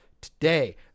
today